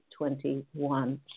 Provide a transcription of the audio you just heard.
2021